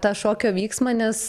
tą šokio vyksmą nes